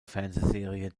fernsehserie